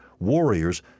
Warriors